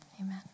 amen